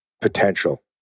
potential